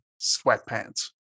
sweatpants